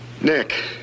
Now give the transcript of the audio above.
Nick